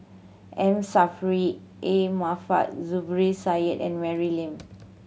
M Saffri A Manaf Zubir Said and Mary Lim